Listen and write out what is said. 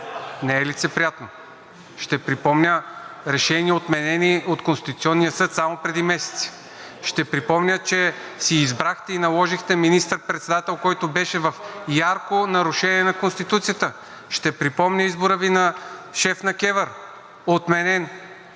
Не е лицеприятно! Ще припомня решения, отменени от Конституционния съд само преди месеци. Ще припомня, че си избрахте и наложихте министър-председател, който беше в ярко нарушение на Конституцията. Ще припомня избора Ви на шеф на КЕВР, отменен.